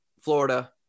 Florida